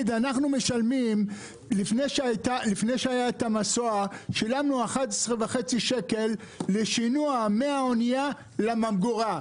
לפני שהיה המסוע שילמנו 11.5 שקל לשינוע מהאוניה לממגורה.